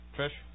Trish